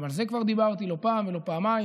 גם על זה כבר דיברתי לא פעם ולא פעמיים,